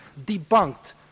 debunked